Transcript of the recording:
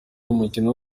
umukino